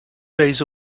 days